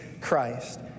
Christ